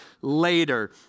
later